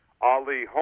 Ali